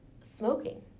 smoking